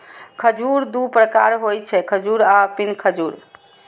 खजूर दू प्रकारक होइ छै, खजूर आ पिंड खजूर